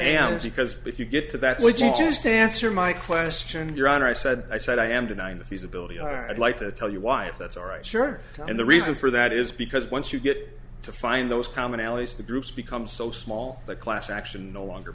is because if you get to that would you just answer my question and your honor i said i said i am denying the feasibility are i'd like to tell you why that's all right sure and the reason for that is because once you get to find those commonalities the groups become so small the class action no longer